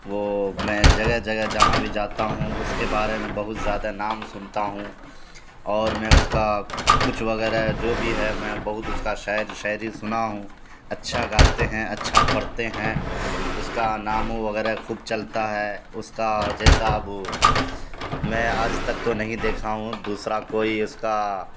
وہ میں جگہ جگہ جہاں بھی جاتا ہوں اس کے بارے میں بہت زیادہ نام سنتا ہوں اور میں اس کا کچھ وغیرہ جو بھی ہے میں بہت اس کا شاعر شاعری سنا ہوں اچھا گاتے ہیں اچھا پڑھتے ہیں اس کا ناموں وغیرہ خوب چلتا ہے اس کا جیسا اب میں آج تک تو نہیں دیکھا ہوں دوسرا کوئی اس کا